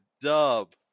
dub